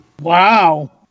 Wow